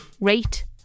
rate